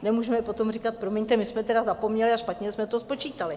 Nemůžeme potom říkat: promiňte, my jsme zapomněli a špatně jsme to spočítali.